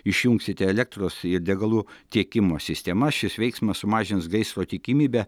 išjungsite elektros ir degalų tiekimo sistema šis veiksmas sumažins gaisro tikimybę